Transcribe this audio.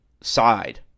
side